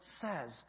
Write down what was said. says